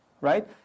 right